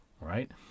right